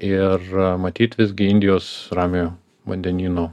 ir matyt visgi indijos ramiojo vandenyno